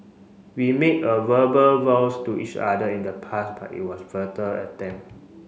we made a verbal vows to each other in the past but it was a futile attempt